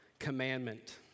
Commandment